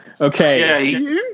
Okay